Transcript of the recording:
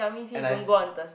and I s~